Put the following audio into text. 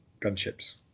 gunships